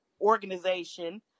organization